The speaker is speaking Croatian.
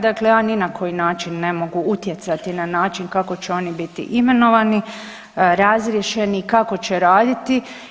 Dakle, ja ni na koji način ne mogu utjecati na način kako će oni biti imenovani, razriješeni, kako će raditi.